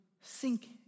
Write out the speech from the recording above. sink